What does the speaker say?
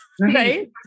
right